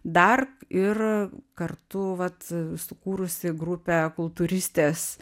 dar ir kartu vat sukūrusi grupę kultūristės